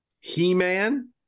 He-Man